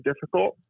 difficult